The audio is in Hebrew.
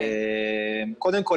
קודם כל,